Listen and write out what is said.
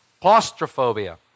claustrophobia